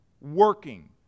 working